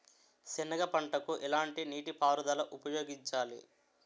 సెనగ పంటకు ఎలాంటి నీటిపారుదల ఉపయోగించాలి?